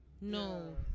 No